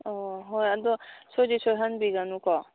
ꯑꯧ ꯍꯣꯏ ꯑꯗꯣ ꯁꯣꯏꯗꯤ ꯁꯣꯏꯍꯟꯕꯤꯒꯅꯨꯀꯣ